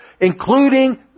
including